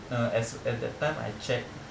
uh as at that time I check